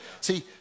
See